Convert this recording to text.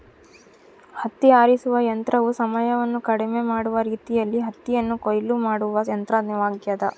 ಹತ್ತಿ ಆರಿಸುವ ಯಂತ್ರವು ಸಮಯವನ್ನು ಕಡಿಮೆ ಮಾಡುವ ರೀತಿಯಲ್ಲಿ ಹತ್ತಿಯನ್ನು ಕೊಯ್ಲು ಮಾಡುವ ಯಂತ್ರವಾಗ್ಯದ